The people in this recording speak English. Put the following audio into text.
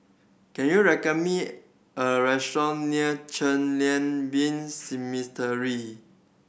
can you recommend me a restaurant near Chen Lien Been